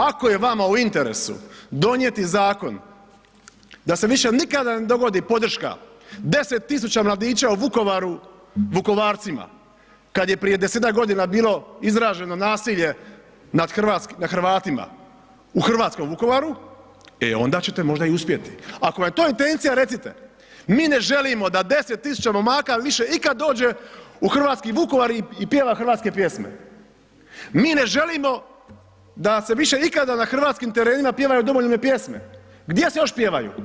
Ako je vama u interesu donijeti zakon da se više nikada ne dogodi podrška 10 000 mladića u Vukovaru Vukovarcima, kad je prije 10-tak godina bilo izraženo nasilje nad Hrvatima u hrvatskom Vukovaru, e onda ćete možda i uspjeti, ako vam je to intencija recite, mi ne želimo da 10 000 momaka više ikad dođe u hrvatski Vukovar i pjeva hrvatske pjesme, mi ne želimo da se više nikada na hrvatskim terenima pjevaju domoljubne pjesme, gdje se još pjevaju?